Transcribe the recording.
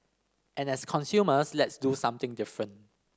and as consumers let's do something different